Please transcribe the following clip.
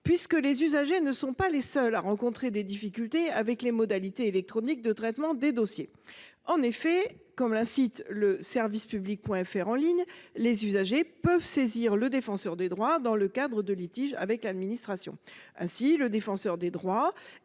pas là. Les usagers ne sont pas les seuls à rencontrer des difficultés avec les modalités électroniques de traitement des dossiers. En effet, comme le site internet service public.fr encourage à le faire, les usagers peuvent saisir le Défenseur des droits dans le cadre de litiges avec l’administration. Ainsi celui ci est